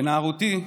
בנערותי,